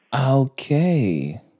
Okay